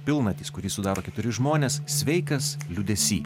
pilnatys kurį sudaro keturi žmonės sveikas liūdesy